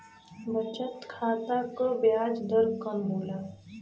बचत खाता क ब्याज दर कम होला